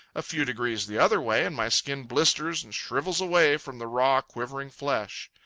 a few degrees the other way, and my skin blisters and shrivels away from the raw, quivering flesh.